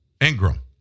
Ingram